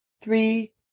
three